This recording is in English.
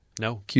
No